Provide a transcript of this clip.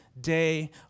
day